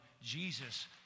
Jesus